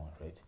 right